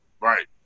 Right